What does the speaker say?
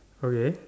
okay